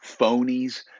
phonies